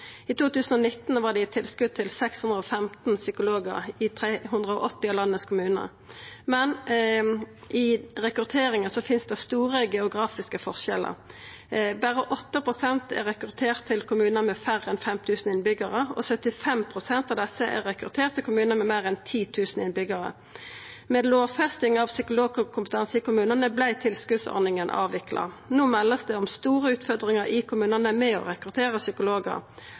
I 2019 var det gitt tilskot til 615 psykologar i 380 av landets kommunar, men i rekrutteringa finst det store geografiske forskjellar. Berre 8 pst. er rekrutterte til kommunar med færre enn 5 000 innbyggjarar, og 75 pst. av desse er rekrutterte i kommunar med meir enn 10 000 innbyggjarar. Med lovfesting av psykologkompetanse i kommunane vart tilskotsordninga avvikla. No vert det meldt om store utfordringar i kommunane med å rekruttera psykologar.